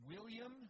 William